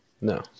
No